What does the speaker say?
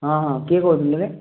ହଁ ହଁ କିଏ କହୁଥିଲେ କି